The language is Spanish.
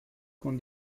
con